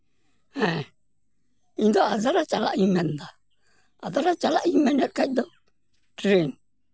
ᱦᱮᱸ ᱤᱧᱫᱚ ᱟᱫᱽᱨᱟ ᱪᱟᱞᱟᱜ ᱤᱧ ᱢᱮᱱᱫᱟ ᱟᱫᱽᱨᱟ ᱪᱟᱞᱟᱜ ᱤᱧ ᱢᱮᱱᱮᱫ ᱠᱷᱟᱡ ᱫᱚ ᱴᱨᱮᱹᱱ